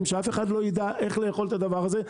שאף אחד לא ידע איך לאכול את הדבר הזה.